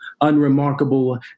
unremarkable